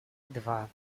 два